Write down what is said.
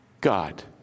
God